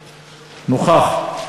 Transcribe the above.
נוכח.